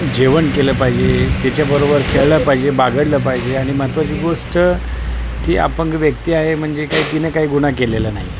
जेवण केलं पाहिजे तिच्याबरोबर खेळलं पाहिजे बागडलं पाहिजे आणि महत्त्वाची गोष्ट ती अपंग व्यक्ती आहे म्हणजे काही तिनं काही गुन्हा केलेला नाही